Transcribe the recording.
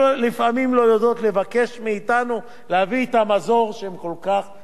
לא יודעות לבקש מאתנו להביא את המזור שהן כל כך צריכות.